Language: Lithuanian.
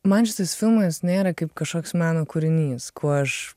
man šitas filmas nėra kaip kažkoks meno kūrinys kuo aš